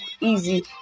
easy